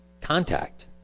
contact